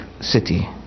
city